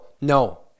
no